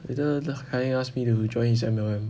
you kai heng ask me to join his M_L_M